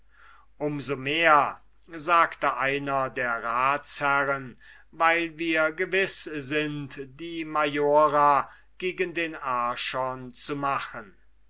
so mehr sagte einer der ratsherren weil wir gewiß sind die majora gegen den archon zu machen